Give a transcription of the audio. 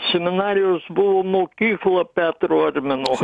seminarijos buvo mokykla petro odminao